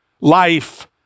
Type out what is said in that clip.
life